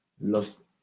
lost